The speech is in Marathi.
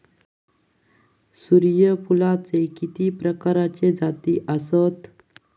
सूर्यफूलाचे किती प्रकारचे जाती आसत?